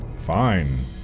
Fine